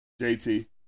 JT